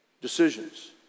decisions